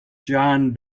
john